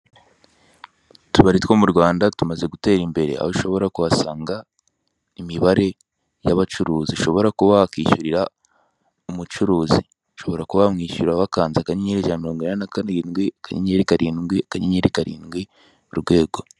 Utubari two mu Rwanda tumaze gutera imbere aho ushobora kuhasanga imibare y'abacuruzi ishobora kuba wakishyurira umucuruzi. Ushobora kuba wamwishyura wakanze akanyenyeri ijana na mirongo inani na karindwi, akanyenyeri karindwi, akanyenyeri karindwi, urwego.